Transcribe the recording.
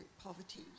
poverty